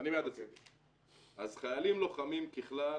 אז חיילים לוחמים ככלל,